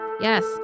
Yes